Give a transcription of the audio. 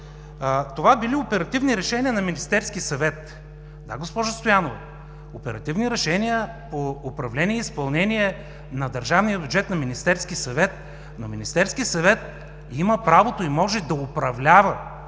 Това били оперативни решения на Министерския съвет. Да, госпожо Стоянова, оперативни решения по управление и изпълнение на държавния бюджет на Министерския съвет, но Министерският съвет има правото и може да управлява!